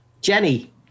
Jenny